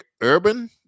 Urban